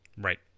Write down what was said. Right